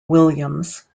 williams